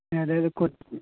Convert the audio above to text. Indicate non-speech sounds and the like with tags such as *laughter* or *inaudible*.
అదే అదే *unintelligible*